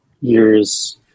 years